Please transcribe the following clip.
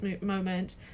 moment